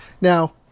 Now